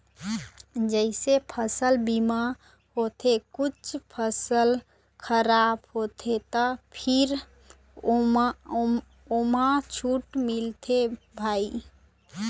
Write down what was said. जइसे फसल बीमा होथे कुछ फसल खराब होथे त फेर ओमा छूट मिलथे भई